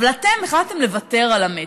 אבל אתם החלטתם לוותר על המתח.